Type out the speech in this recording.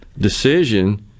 decision